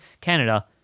Canada